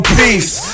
peace